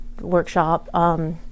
workshop